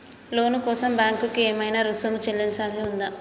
లోను కోసం బ్యాంక్ కి ఏమైనా రుసుము చెల్లించాల్సి ఉందా?